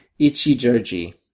Ichijoji